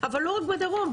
לא רק בדרום,